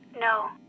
No